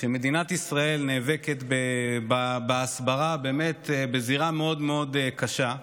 כשמדינת ישראל נאבקת בהסברה באמת בזירה מאוד מאוד קשה,